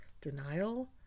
denial